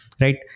right